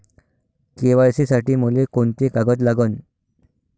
KYC साठी मले कोंते कागद लागन?